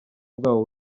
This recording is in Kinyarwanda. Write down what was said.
bwabo